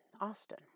Austin